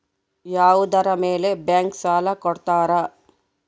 ಯಾವುದರ ಮೇಲೆ ಬ್ಯಾಂಕ್ ಸಾಲ ಕೊಡ್ತಾರ?